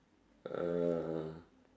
uh